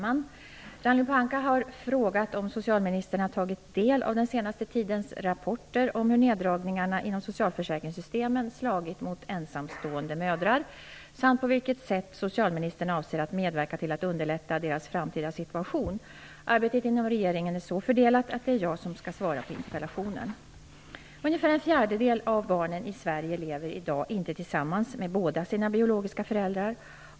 Fru talman! Ragnhild Pohanka har frågat om socialministern har tagit del av den senaste tidens rapporter om hur neddragningarna inom socialförsäkringssystemen slagit mot ensamstående mödrar samt på vilket sätt socialministern avser att medverka till att underlätta deras framtida situation. Arbetet inom regeringen är så fördelat att det är jag som skall svara på interpellationen. Ungefär en fjärdedel av barnen i Sverige lever i dag inte tillsammans med båda sina biologiska föräldrar.